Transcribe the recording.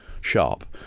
sharp